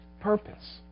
purpose